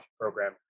program